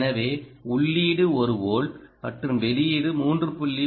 எனவே உள்ளீடு 1 வோல்ட் மற்றும் வெளியீடு 3